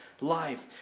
life